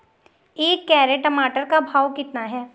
एक कैरेट टमाटर का भाव कितना है?